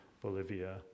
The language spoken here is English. Bolivia